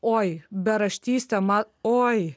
oi beraštytė ma oi